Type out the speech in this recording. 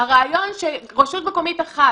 הרעיון שרשות מקומית אחת,